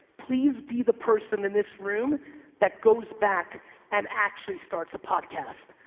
please be the person in this room that goes back and actually starts a podcast.